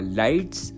lights